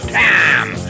time